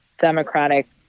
Democratic